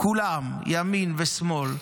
ממנו חיים ושמחה,